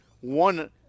one